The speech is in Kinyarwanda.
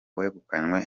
wegukanywe